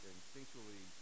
instinctually